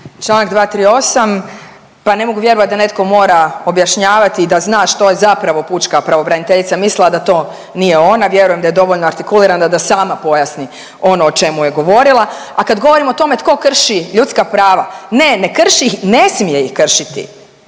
Članak 238., pa ne mogu vjerovati da netko mora objašnjavati i da zna što je zapravo pučka pravobraniteljica mislila da to nije ona, vjerujem da je dovoljno artikulirana da sama pojasni ono o čemu je govorila. A kad govorimo o tome tko krši ljudska prava, ne ne krši ih, ne smije ih kršiti